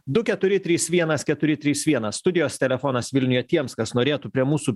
du keturi trys vienas keturi trys vienas studijos telefonas vilniuje tiems kas norėtų prie mūsų